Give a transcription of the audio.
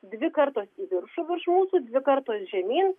dvi kartos į viršų virš mūsų dvi kartos žemyn